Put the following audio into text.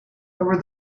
over